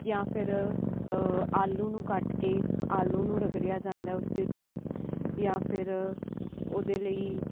ਜਾਂ ਫਿਰ ਆਲੂ ਨੂੰ ਕੱਟ ਕੇ ਆਲੂ ਨੂੰ ਰਗੜਿਆ ਜਾਂਦਾ ਉਸ ਦੇ ਉੱਤੇ ਜਾਂ ਫਿਰ ਉਹਦੇ ਲਈ